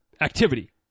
activity